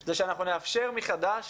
היא שאנחנו נאפשר מחדש